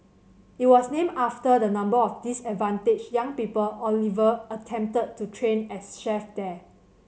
it was named after the number of disadvantaged young people Oliver attempted to train as chefs there